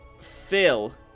Phil